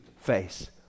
face